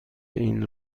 این